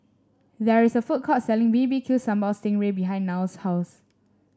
there is a food court selling B B Q Sambal Sting Ray behind Nile's house